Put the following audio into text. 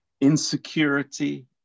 insecurity